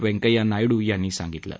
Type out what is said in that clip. व्यंकय्या नायडू यांनी सांगितलं आहे